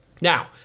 now